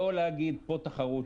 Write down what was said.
לא להגיד פה תחרות,